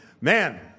man